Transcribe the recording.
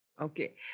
Okay